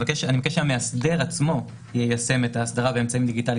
אני מבקש שהמאסדר עצמו יישם את האסדרה באמצעים דיגיטליים,